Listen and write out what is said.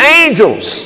angels